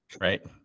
Right